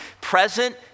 Present